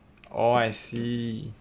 orh I see